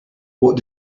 what